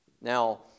Now